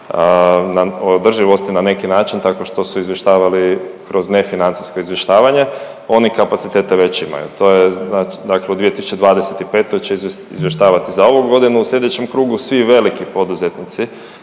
na neki način tako što su izvještavali kroz nefinancijsko izvještavanje, oni kapacitete već imaju, to je dakle u 2025. će izvještavati za ovu godinu, u slijedećem krugu svi veliki poduzetnici